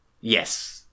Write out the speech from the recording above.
Yes